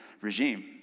regime